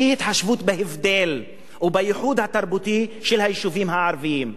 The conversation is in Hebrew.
אי-התחשבות בהבדל או בייחוד התרבותי של היישובים הערביים.